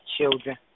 children